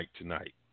tonight